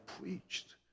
preached